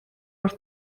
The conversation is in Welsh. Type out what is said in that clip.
wrth